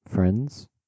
Friends